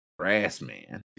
Grassman